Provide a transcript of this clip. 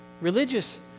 religious